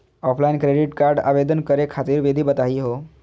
Offline credit card आवेदन करे खातिर विधि बताही हो?